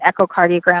echocardiogram